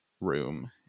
room